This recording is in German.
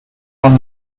man